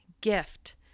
gift